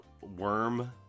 worm